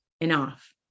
enough